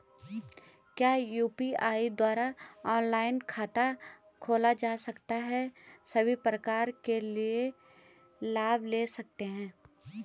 क्या यु.पी.आई द्वारा ऑनलाइन खाता खोला जा सकता है सभी प्रकार के लाभ ले सकते हैं?